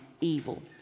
evil